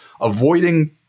avoiding